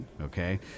okay